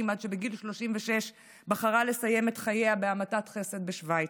עד שבגיל 36 בחרה לסיים את חייה בהמתת חסד בשווייץ.